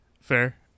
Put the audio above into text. Fair